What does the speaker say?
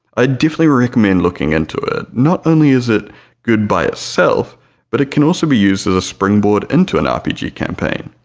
i definitely recommend looking into it, not only is it good by itself but it can also be used as a springboard into an rpg campaign,